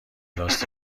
کلاس